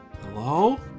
Hello